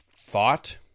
thought